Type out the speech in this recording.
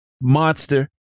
monster